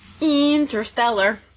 Interstellar